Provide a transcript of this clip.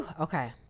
Okay